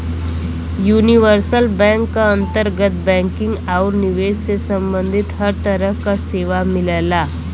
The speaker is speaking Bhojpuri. यूनिवर्सल बैंक क अंतर्गत बैंकिंग आउर निवेश से सम्बंधित हर तरह क सेवा मिलला